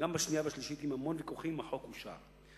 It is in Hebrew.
וגם בשנייה והשלישית, ועם הרבה ויכוחים החוק אושר.